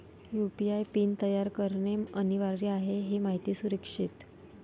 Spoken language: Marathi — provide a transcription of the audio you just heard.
यू.पी.आय पिन तयार करणे अनिवार्य आहे हे माहिती सुरक्षित